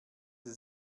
sie